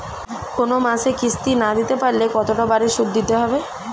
কোন মাসে কিস্তি না দিতে পারলে কতটা বাড়ে সুদ দিতে হবে?